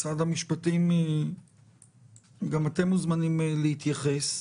משרד המשפטים גם אתם מוזמנים להתייחס,